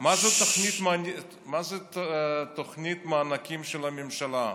מה זו תוכנית המענקים של הממשלה?